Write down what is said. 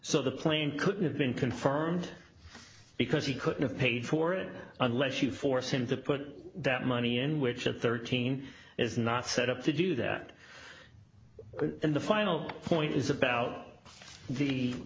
so the plane could have been confirmed because he couldn't pay for it unless you force him to put that money in which at thirteen dollars is not set up to do that and the final point is about the